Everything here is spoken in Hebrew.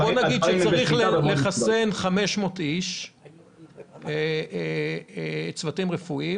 נגיד שצריך לחסן 500 איש צוותים רפואיים,